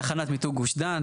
תחנת מיתוג גוש דן.